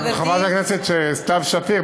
חברת הכנסת סתיו שפיר,